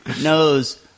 knows